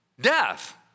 death